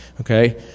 okay